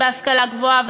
בהשכלה גבוהה,